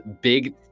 big